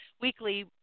weekly